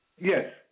Yes